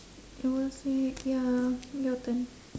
I will say ya so your turn